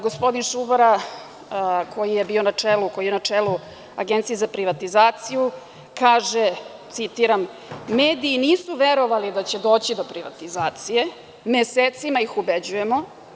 Gospodin Šubara, koji je bio na čelu, koji je na čelu Agencije za privatizaciju, kaže, citiram – „mediji nisu verovali da će doći do privatizacije, mesecima ih ubeđujemo“